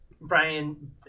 Brian